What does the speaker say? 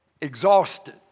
exhausted